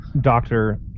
doctor